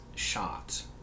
Shot